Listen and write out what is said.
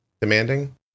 demanding